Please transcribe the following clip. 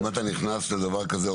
אם אתה נכנס לדבר כזה,